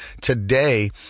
Today